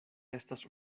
estas